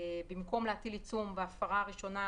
במקום להטיל עיצום בהפרה הראשונה,